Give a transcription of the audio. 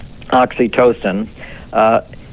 oxytocin